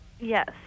Yes